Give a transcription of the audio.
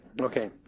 Okay